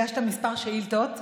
הגשת כמה שאילתות,